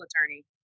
attorney